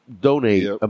donate